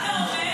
מה אתה אומר?